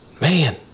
Man